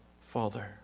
Father